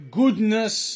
goodness